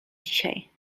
dzisiaj